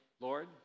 Lord